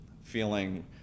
feeling